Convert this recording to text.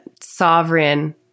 sovereign